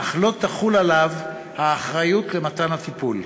אך לא תחול עליו האחריות למתן הטיפול.